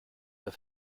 der